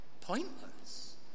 pointless